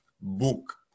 book